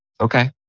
Okay